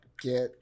get